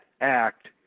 act